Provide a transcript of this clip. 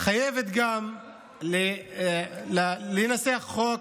חייבת לנסח חוק,